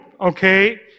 okay